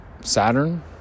Saturn